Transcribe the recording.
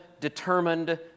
determined